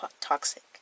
toxic